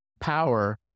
power